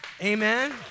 Amen